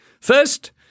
First